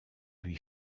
lui